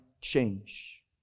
change